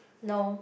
no